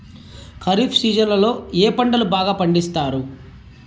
ఖరీఫ్ సీజన్లలో ఏ పంటలు బాగా పండిస్తారు